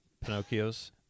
Pinocchio's